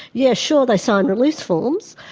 yes sure, they signed release forms,